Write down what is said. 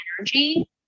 energy